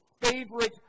favorite